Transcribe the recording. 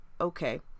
okay